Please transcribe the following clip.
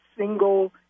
single